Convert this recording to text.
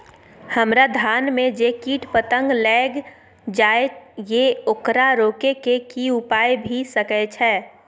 हमरा धान में जे कीट पतंग लैग जाय ये ओकरा रोके के कि उपाय भी सके छै?